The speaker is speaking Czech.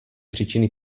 příčiny